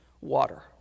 water